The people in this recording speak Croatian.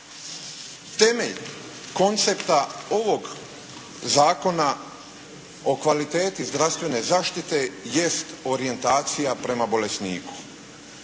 Temelj koncepta ovog Zakona o kvaliteti zdravstvene zaštite jest orijentacija prema bolesniku.